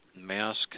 mask